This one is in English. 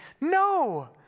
No